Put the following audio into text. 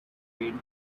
been